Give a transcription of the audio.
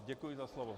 Děkuji za slovo.